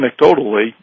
anecdotally